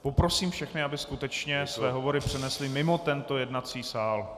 Poprosím všechny, aby skutečně své hovory přenesli mimo tento jednací sál.